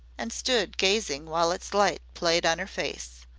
and stood gazing while its light played on her face.